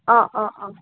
অ অ অ